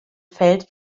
feld